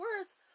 words